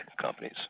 companies